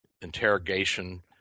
interrogation